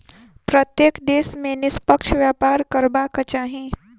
प्रत्येक देश के निष्पक्ष व्यापार करबाक चाही